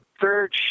third